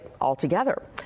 altogether